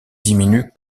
diminuent